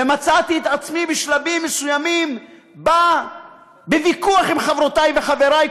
ומצאתי את עצמי בשלבים מסוימים בא בוויכוח עם חברותי וחברי,